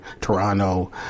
Toronto